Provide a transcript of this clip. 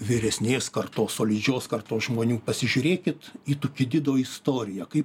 vyresnės kartos solidžios kartos žmonių pasižiūrėkit į tupidido istoriją kaip